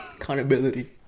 accountability